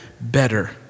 better